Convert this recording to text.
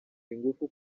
ingufu